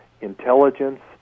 intelligence